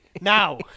now